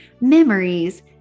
memories